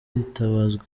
hitabazwa